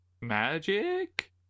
magic